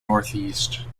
northeast